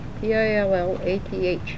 P-I-L-L-A-T-H